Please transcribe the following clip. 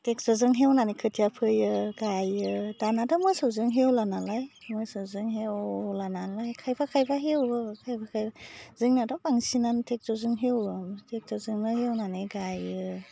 टेक्ज'जों हेवनानै खोथिया फोयो गायो दानाथ' मोसौजों एवला नालाय मोसौजों हेवला नालाय खायफा खायफा हेवो खायफा खायफा जोंनाथ' बांसिनानो टेक्टरजों एवो टेक्टरजोंनो हेवनानै गायो